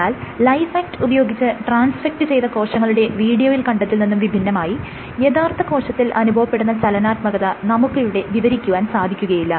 എന്നാൽ Lifeact ഉപയോഗിച്ച് transfect ചെയ്ത കോശങ്ങളുടെ വീഡിയോയിൽ കണ്ടതിൽ നിന്നും വിഭിന്നമായി യഥാർത്ഥ കോശത്തിൽ അനുഭവപെടുന ചലനാത്മകത നമുക്കിവിടെ വിവരിക്കുവാൻ സാധിക്കുകയില്ല